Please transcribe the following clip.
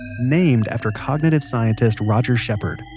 named after cognitive scientist roger shepard.